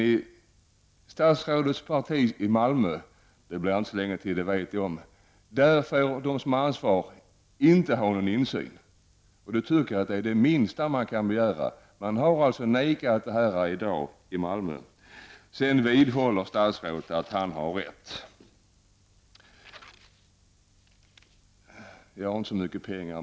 I statsrådets parti i Malmö -- vi vet dock att det inte dröjer så länge tills det blir en ändring -- får de som har ansvaret inte ha någon insyn. Att ha den insynen är väl det minsta man kan begära, men beträffande den möjligheten säger man nej i Statsrådet vidhåller att han har rätt. Jag har inte särskilt mycket pengar.